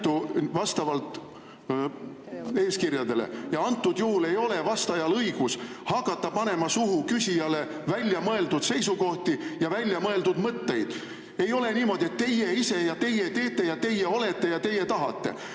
Antud juhul ei ole vastajal õigust hakata panema küsijale suhu väljamõeldud seisukohti ja väljamõeldud mõtteid. Ei ole niimoodi, et teie ise ja teie teete ja teie olete ja teie tahate.